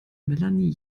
melanie